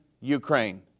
Ukraine